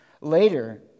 later